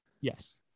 Yes